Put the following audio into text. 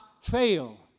fail